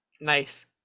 Nice